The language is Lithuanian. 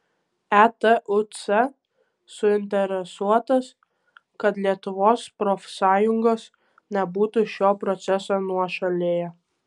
etuc suinteresuotas kad lietuvos profsąjungos nebūtų šio proceso nuošalėje